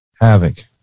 Havoc